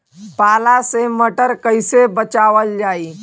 पाला से मटर कईसे बचावल जाई?